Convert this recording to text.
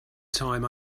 time